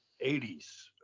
80s